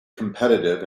competitive